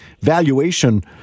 valuation